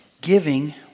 Giving